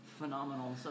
phenomenal